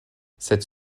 cette